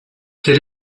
quel